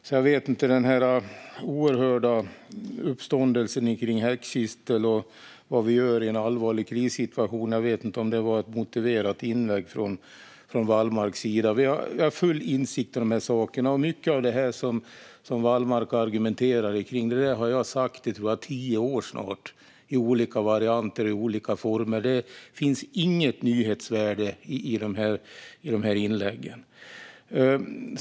Den var en oerhörd uppståndelse kring häxkittel och vad vi gör i en allvarlig krissituation, och jag vet inte om det var ett motiverat inlägg från Wallmarks sida. Jag har full insikt i dessa saker. Mycket av det som Wallmark argumenterar kring har jag sagt i snart tio år, i olika varianter och former. Det finns inget nyhetsvärde i dessa inlägg.